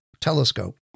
telescope